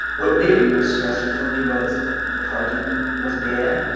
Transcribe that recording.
what made it most stressful for me was the parking was bad,